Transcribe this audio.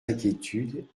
inquiétudes